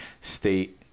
state